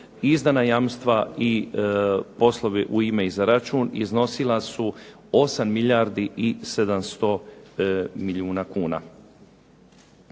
izdana jamstva i poslovi u ime i za račun iznosila su 8 milijardi 700 milijuna kuna.